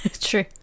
True